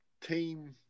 team